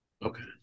Okay